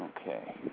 Okay